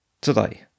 today